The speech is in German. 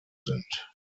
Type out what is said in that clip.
sind